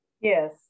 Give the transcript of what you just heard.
Yes